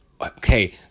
okay